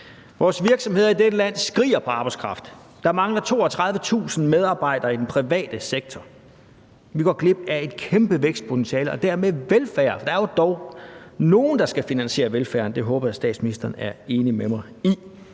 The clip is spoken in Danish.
Vores virksomheder i dette land skriger på arbejdskraft. Der mangler 32.000 medarbejdere i den private sektor. Vi går glip af et kæmpe vækstpotentiale og dermed velfærd, for der er dog nogle, som skal finansiere velfærden. Det håber jeg at statsministeren er enig med mig i.